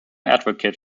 advocate